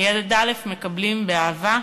מילד א' מקבלים באהבה.